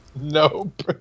Nope